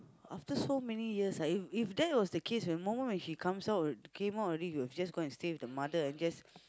after so many years if if that was the case the moment when she comes out came out already he will just gonna stay with the mother and just